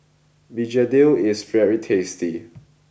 Begedil is very tasty